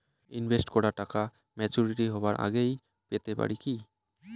Invest করা টাকা maturity হবার আগেই পেতে পারি কি?